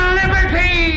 liberty